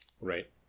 Right